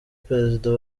prezida